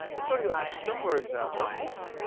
show you a much simpler example.